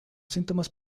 síntomas